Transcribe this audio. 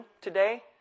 today